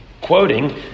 Quoting